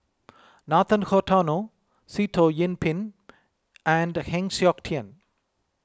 Nathan Hartono Sitoh Yih Pin and Heng Siok Tian